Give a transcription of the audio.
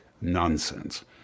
nonsense